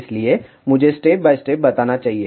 इसलिए मुझे step by step बताना चाहिए